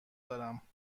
دارم